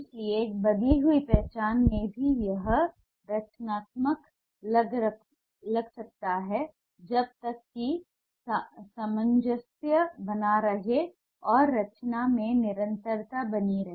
इसलिए एक बदली हुई पहचान में भी यह रचनात्मक लग सकता है जब तक कि सामंजस्य बना रहे और रचना में निरंतरता बनी रहे